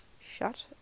shut